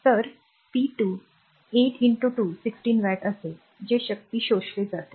तर p2 8 2 16 watt असेल जे शक्ती शोषले जाते